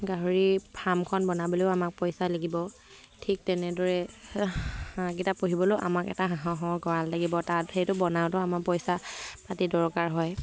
গাহৰি ফাৰ্মখন বনাবলৈও আমাক পইচা লাগিব ঠিক তেনেদৰে হাঁহকেইটা পুহিবলৈও আমাক এটা হাঁহৰ গঁৰাল লাগিব তাত সেইটো বনাওঁতেও আমাক পইচা পাতি দৰকাৰ হয়